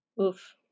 Oof